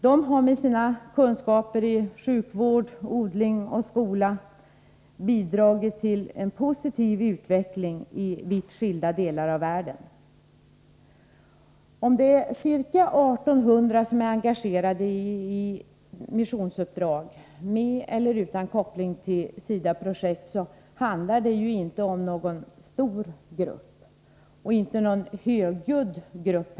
De har med sina kunskaper vad gäller sjukvård, odling och skola bidragit till en positiv utveckling i vitt skilda delar av världen. De ca 1 800 svenskar som är engagerade i missionsuppdrag, med eller utan koppling till SIDA-projekt, är inte någon stor grupp, och inte heller någon högljudd sådan.